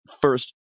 first